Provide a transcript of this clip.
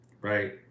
right